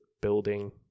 building